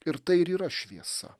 ir tai ir yra šviesa